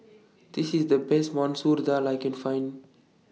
This IS The Best Masoor Dal I Can Find